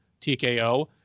TKO